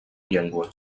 llengua